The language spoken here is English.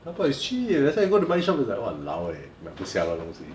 Taobao is cheap that's why you go to bike shop it's like !walao! eh 买不下的东西